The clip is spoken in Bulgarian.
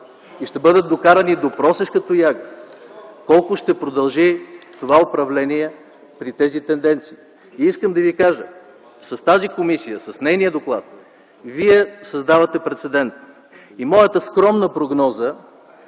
и ще бъдат докарани до просешка тояга, колко ще продължи това управление при тези тенденции. Искам да Ви кажа, че с доклада на тази комисия вие създавате прецедент. Моята скромна прогноза